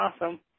awesome